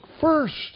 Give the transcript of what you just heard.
first